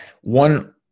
one